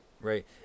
right